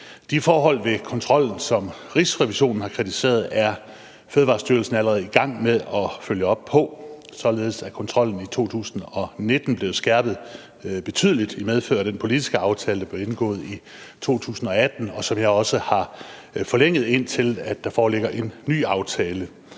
De forhold ved kontrollen, som Rigsrevisionen har kritiseret, er Fødevarestyrelsen allerede i gang med at følge op på, således er kontrollen i 2019 blevet skærpet betydeligt i medfør af den politiske aftale, der blev indgået i 2018, og som jeg også har forlænget, indtil der foreligger en ny aftale.